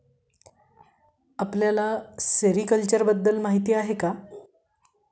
आपल्याला सेरीकल्चर बद्दल माहीती आहे का?